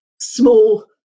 small